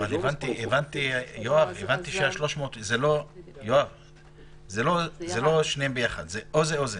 הבנתי שזה לא שניהם ביחד, או זה או זה.